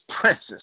Princess